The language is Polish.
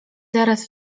zaraz